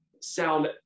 sound